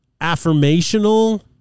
affirmational